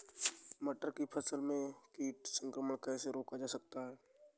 मटर की फसल में कीट संक्रमण कैसे रोका जा सकता है?